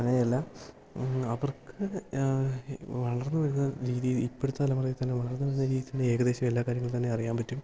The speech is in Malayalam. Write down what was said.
അങ്ങനെയല്ല അവർക്ക് വളർന്നുവരുന്ന രീതിയിൽ ഇപ്പോഴത്തെ തലമുറ തന്നെ വളർന്നുവരുന്ന രീതി തന്നെ ഏകദേശം എല്ലാ കാര്യങ്ങളും തന്നെ അറിയാന് പറ്റും